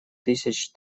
тысяч